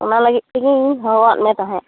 ᱚᱱᱟ ᱞᱟᱹᱜᱤᱫ ᱛᱮᱜᱤᱧ ᱦᱚᱦᱚᱣᱟᱜ ᱢᱮ ᱛᱟᱦᱮᱸᱫ